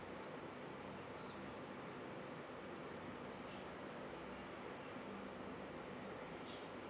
um